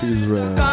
Israel